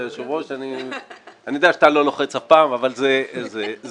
אני יודע שאתה אף פעם לא לוחץ אבל זה כך.